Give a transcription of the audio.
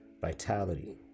vitality